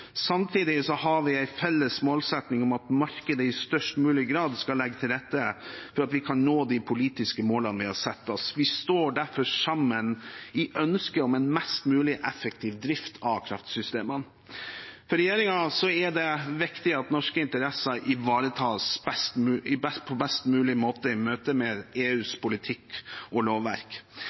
Samtidig har vi en felles målsetting om at markedet i størst mulig grad skal legge til rette for at vi kan nå de politiske målene vi har satt oss. Vi står derfor sammen i ønsket om en mest mulig effektiv drift av kraftsystemene. For regjeringen er det viktig at norske interesser ivaretas på best mulig måte i møte med EUs politikk og lovverk.